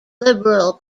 liberal